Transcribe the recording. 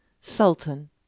Sultan